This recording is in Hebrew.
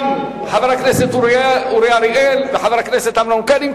גם חבר הכנסת אורי אריאל וחבר הכנסת אמנון כהן.